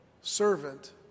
servant